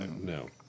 No